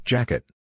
Jacket